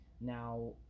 Now